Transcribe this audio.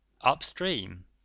Upstream